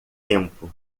tempo